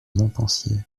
montpensier